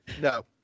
No